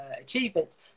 achievements